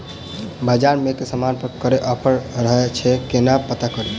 बजार मे केँ समान पर कत्ते ऑफर रहय छै केना पत्ता कड़ी?